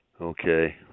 Okay